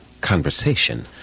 conversation